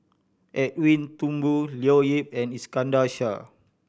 Edwin Thumboo Leo Yip and Iskandar Shah